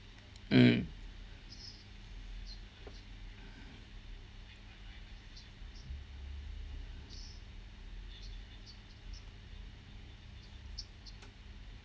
mm